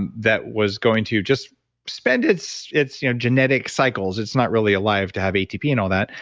and that was going to just spend it's it's you know genetic cycles, it's not really alive to have atp and all that,